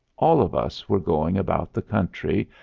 all of us were going about the country,